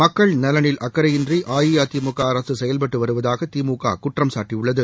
மக்கள் நலனில் அக்கறையின்றி அஇஅதிமுக அரசு செயல்பட்டு வருவதாக திமுக குற்றம்சாட்டியுள்ளது